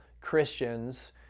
Christians